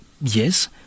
yes